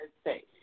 States